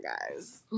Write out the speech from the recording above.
guys